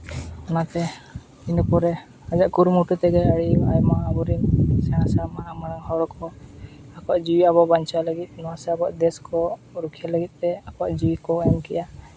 ᱚᱱᱟᱛᱮ ᱤᱱᱟᱹᱯᱚᱨᱮ ᱟᱡᱟᱜ ᱠᱩᱨᱩᱢᱩᱴᱩ ᱛᱮᱜᱮ ᱟᱹᱰᱤ ᱟᱭᱢᱟ ᱟᱵᱚ ᱨᱮᱱ ᱥᱮᱬᱟ ᱥᱮᱬᱟ ᱢᱟᱦᱟ ᱢᱟᱨᱟᱝ ᱦᱚᱲ ᱠᱚ ᱟᱠᱚᱣᱞᱟᱜ ᱡᱤᱣᱤ ᱟᱵᱚ ᱵᱟᱧᱪᱟᱣ ᱞᱟᱹᱜᱤᱫ ᱱᱚᱣᱟ ᱥᱮ ᱟᱵᱚᱣᱟᱜ ᱫᱮᱹᱥ ᱠᱚ ᱨᱩᱠᱷᱤᱭᱟᱹ ᱞᱟᱹᱜᱤᱫ ᱛᱮ ᱟᱠᱚᱣᱟᱜ ᱡᱤᱣᱤ ᱠᱚ ᱮᱢ ᱠᱮᱜᱼᱟ